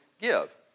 give